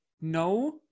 no